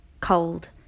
Cold